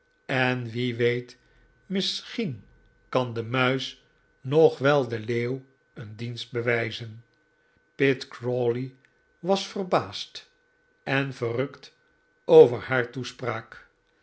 en wie weet misschien kan de muis nog wel den leeuw een dienst bewijzen pitt crawley was verbaasd en verrukt over haar toespraak